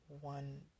one